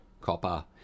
copper